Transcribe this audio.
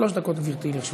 שלוש דקות, גברתי, לרשותך.